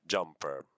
Jumper